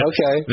Okay